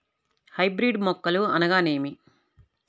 Hybrid మొక్కలు అనగానేమి?